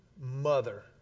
mother